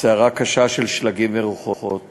סערה קשה של שלגים ורוחות